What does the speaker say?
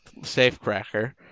Safecracker